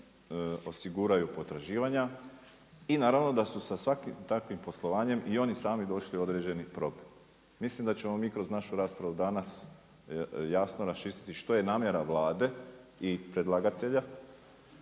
osiguraju potraživanja i naravno da su sa svakim takvim poslovanjem i oni sami došli u određeni problem. Mislim da ćemo mi kroz našu raspravu danas jasno raščistiti što je namjera Vlade i predlagatelja,